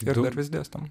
ir dar vis dėstom